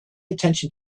attention